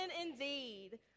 indeed